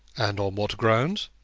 and on what grounds?